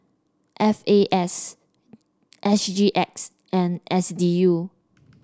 F A S S G X and S D U